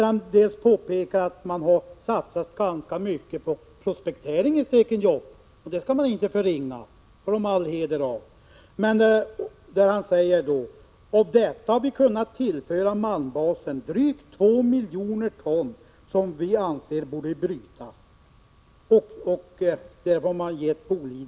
Han påpekar att man har satsat ganska mycket på prospekteringen i Stekenjokk, vilket man inte skall förringa utan företaget skall ha all heder. Han säger: ”Av detta har vi kunnat tillföra malmbasen drygt 2 miljoner ton som vi anser borde brytas.” Här har man gett Boliden ett bud.